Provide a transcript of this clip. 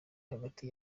hagati